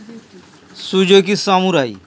Suzuki samurai